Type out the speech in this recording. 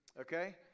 okay